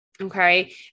Okay